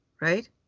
right